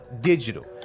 digital